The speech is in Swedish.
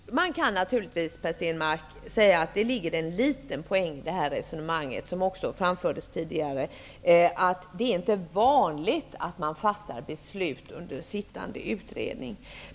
Fru talman! Det går naturligtvis, Per Stenmarck, att säga att det finns en liten poäng i det resonemang som framfördes tidigare, nämligen att det inte är vanligt att fatta beslut under det att en sittande utredning arbetar.